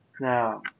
Now